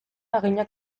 haginak